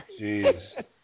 Jeez